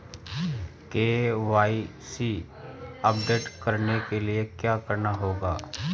KYC update करने के लिए क्या करना होगा?